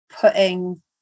putting